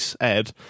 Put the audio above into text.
Ed